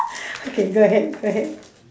okay go ahead go ahead